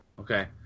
Okay